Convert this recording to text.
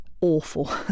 awful